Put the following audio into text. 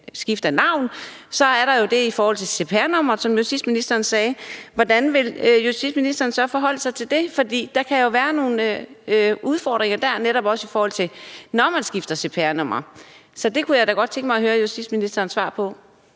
skift af navn, så er der jo det i forhold til cpr-nummeret, som justitsministeren sagde. Hvordan vil justitsministeren så forholde sig til det? For der kan jo være nogle udfordringer der, netop også i forhold til når man skifter cpr-nummer. Så det kunne jeg da godt tænke mig at høre justitsministerens svar på.